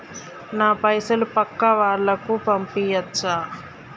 నా పైసలు పక్కా వాళ్ళకు పంపియాచ్చా?